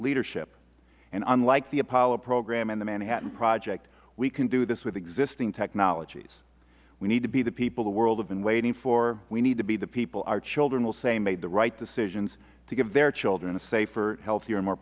leadership and unlike the apollo program and the manhattan project we can do this with existing technologies we need to be the people the world have been waiting for we need to be the people our children will say made the right decisions to give their children a safer healthier